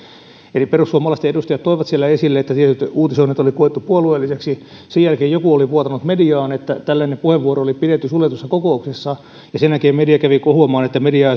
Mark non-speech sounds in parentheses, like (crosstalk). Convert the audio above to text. eli perussuomalaisten edustajat toivat siellä esille että tietyt uutisoinnit oli koettu puolueelliseksi sen jälkeen joku oli vuotanut mediaan että tällainen puheenvuoro oli pidetty suljetussa kokouksessa ja sen jälkeen media kävi kohuamaan että mediaa (unintelligible)